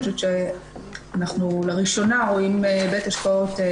אני חושבת שאנחנו לראשונה רואים בית השקעות,